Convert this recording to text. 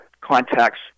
contacts